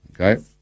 okay